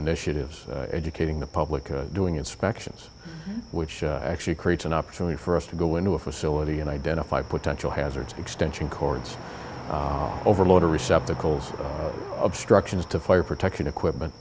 initiatives educating the public doing inspections which actually creates an opportunity for us to go into a facility and identify potential hazards extension cords overload or receptacles obstructions to fire protection equipment